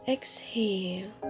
Exhale